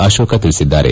ಅಶೋಕ ತಿಳಿಸಿದ್ದಾರೆ